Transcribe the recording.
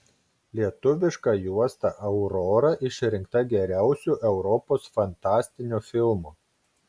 lietuviška juosta aurora išrinkta geriausiu europos fantastiniu filmu